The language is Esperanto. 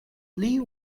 pli